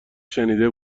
شنیده